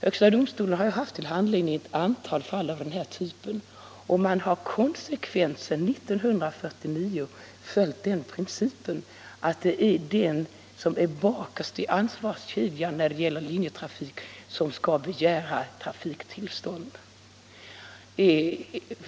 Högsta domstolen har haft till handläggning ett antal fall av den här typen, och man har konsekvent sedan 1949 följt den principen att det är den som är längst bak i ansvarskedjan när det gäller linjetrafik som skall begära trafiktillstånd.